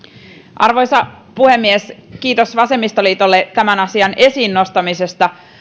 arvoisa puhemies kiitos vasemmistoliitolle tämän asian esiin nostamisesta